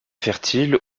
fertile